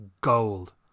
gold